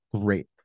great